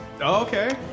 Okay